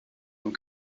and